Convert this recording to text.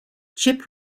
chip